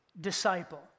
disciple